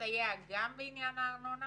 לסייע גם בעניין הארנונה